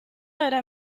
era